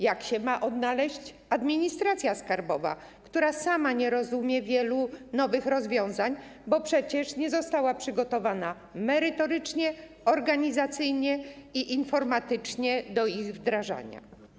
Jak się ma odnaleźć administracja skarbowa, która sama nie rozumie wielu nowych rozwiązań, bo przecież nie została przygotowana merytorycznie, organizacyjnie i informatycznie do ich wdrażania.